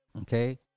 Okay